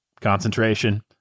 concentration